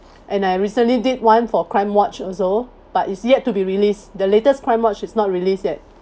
and I recently did one for crime watch also but it's yet to be released the latest crime watch is not released yet